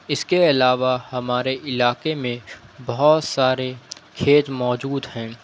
اس کے علاوہ ہمارے علاقے میں بہت سارے کھیت موجود ہیں